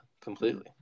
completely